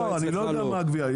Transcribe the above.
לא, אני לא יודע מה הגבייה.